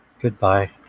Goodbye